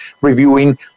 reviewing